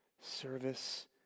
service